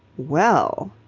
well.